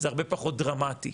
זה הרבה פחות דרמטי,